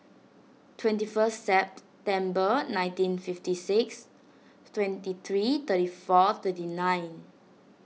twenty first September nineteen fifty six twenty three thirty four thirty nine